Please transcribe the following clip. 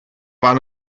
waren